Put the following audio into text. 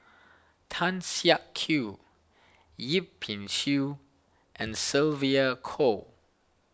Tan Siak Kew Yip Pin Xiu and Sylvia Kho